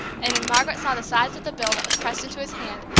and when margaret saw the size of the bill that was pressed into his hand,